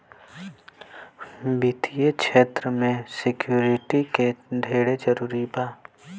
वित्तीय क्षेत्र में सिक्योरिटी के ढेरे जरूरी बा